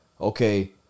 okay